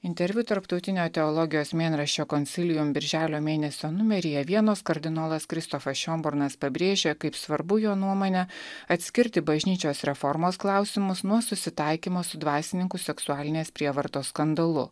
interviu tarptautinio teologijos mėnraščio konsilium birželio mėnesio numeryje vienos kardinolas kristofas šionbornas pabrėžia kaip svarbu jo nuomone atskirti bažnyčios reformos klausimus nuo susitaikymo su dvasininkų seksualinės prievartos skandalu